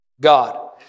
God